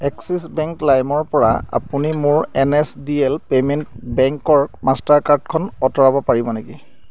axis bank লাইমৰপৰা আপুনি মোৰ N S D L payment বেংকৰ মাষ্টাৰ কাৰ্ডখন আঁতৰাব পাৰিব নেকি